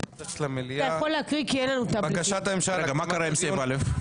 מה קרה עם סעיף א'?